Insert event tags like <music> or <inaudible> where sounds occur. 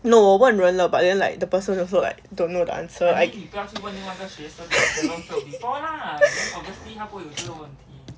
no 我问人了 but then like the person also like don't know the answer I <laughs>